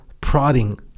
prodding